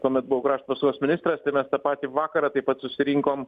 kuomet buvau krašto apsaugos ministras tai mes tą patį vakarą taip pat susirinkom